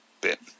bit